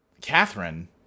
Catherine